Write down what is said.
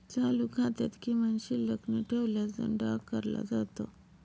चालू खात्यात किमान शिल्लक न ठेवल्यास दंड आकारला जातो